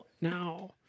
Now